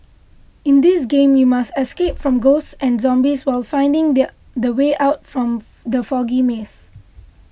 in this game you must escape from ghosts and zombies while finding their the way out from the foggy maze